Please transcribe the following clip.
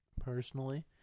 Personally